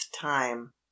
time